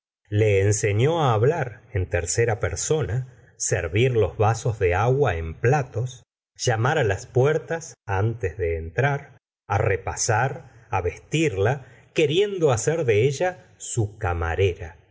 le ensefió hablar en tercera persona servir los vasos de agua en platos llamar las puertas antes de entrar repasar vestirla queriendo hacer de ella su camarera